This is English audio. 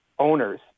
owners